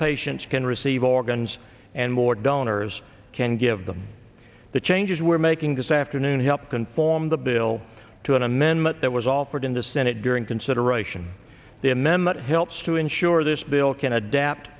patients can receive organs and more donors can give them the changes we're making this afternoon help conform the bill to an amendment that was offered in the senate during consideration the amendment helps to ensure this bill can adapt